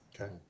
Okay